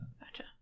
Gotcha